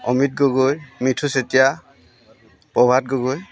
Amit Gogoi Mithu Chetia Prabhat Gogoi